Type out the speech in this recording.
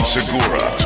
Segura